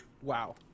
Wow